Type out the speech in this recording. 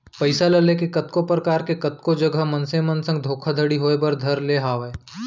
पइसा ल लेके कतको परकार के कतको जघा मनसे मन संग धोखाघड़ी होय बर धर ले हावय